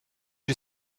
you